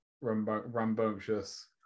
rambunctious